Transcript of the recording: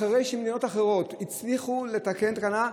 אחרי שמדינות אחרות הצליחו לתקן תקנה,